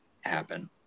happen